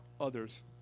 others